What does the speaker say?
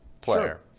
player